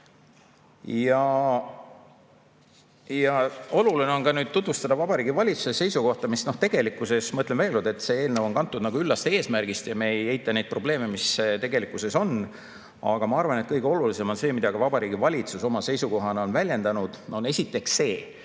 Oluline on ka tutvustada Vabariigi Valitsuse seisukohta, mis tegelikkuses ... Ma ütlen veel kord, et see eelnõu on kantud üllast eesmärgist ja me ei eita neid probleeme, mis on, aga ma arvan, et kõige olulisem on see, mida ka Vabariigi Valitsus oma seisukohana on väljendanud. Esiteks see,